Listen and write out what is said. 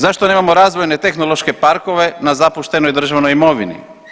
Zašto nemamo razvojne tehnološke parkove na zapuštenoj državnoj imovini?